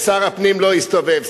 שר הפנים לא הסתובב,